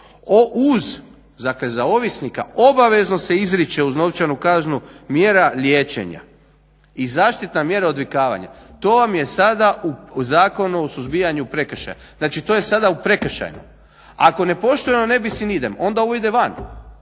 uz, dakle za ovisnika obavezno se izriče uz novčanu kaznu mjera liječenja, i zaštitna mjera odvikavanja, to vam je sada u Zakonu o suzbijanju prekršaj, znači to je sada u prekršajnom. Ako ne poštujemo …/Ne razumije se./… onda ovo ide van,